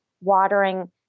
watering